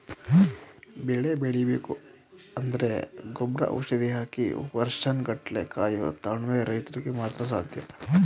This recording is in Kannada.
ಬೆಳೆ ಬೆಳಿಬೇಕು ಅಂದ್ರೆ ಗೊಬ್ರ ಔಷಧಿ ಹಾಕಿ ವರ್ಷನ್ ಗಟ್ಲೆ ಕಾಯೋ ತಾಳ್ಮೆ ರೈತ್ರುಗ್ ಮಾತ್ರ ಸಾಧ್ಯ